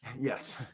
Yes